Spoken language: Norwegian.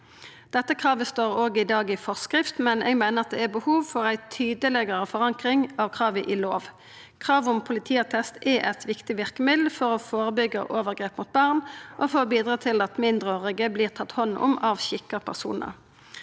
Dette kravet står òg i dag i forskrift, men eg meiner det er behov for ei tydelegare forankring av kravet i lov. Kravet om politiattest er eit viktig verkemiddel for å førebyggja overgrep mot barn, og for å bidra til at mindreårige vert tatt hand om av skikka personar.